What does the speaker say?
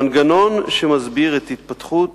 המנגנון שמסביר את התפתחות